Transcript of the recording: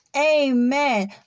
Amen